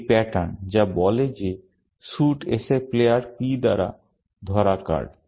এই প্যাটার্ন যা বলে যে স্যুট S এর প্লেয়ার P দ্বারা ধরা কার্ড